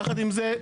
יחד עם זאת,